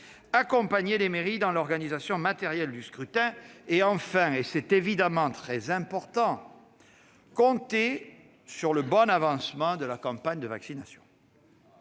d'accompagner les mairies dans l'organisation matérielle du scrutin. En outre, et c'est essentiel, nous devrons compter sur le bon avancement de la campagne de vaccination.